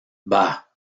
bah